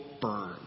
burn